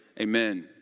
amen